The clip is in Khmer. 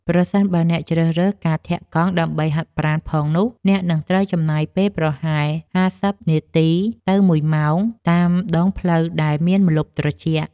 ប្រសិនបើអ្នកជ្រើសរើសការធាក់កង់ដើម្បីហាត់ប្រាណផងនោះ អ្នកនឹងត្រូវចំណាយពេលប្រហែល ៥០ នាទី ទៅ ១ ម៉ោង តាមដងផ្លូវដែលមានម្លប់ត្រជាក់។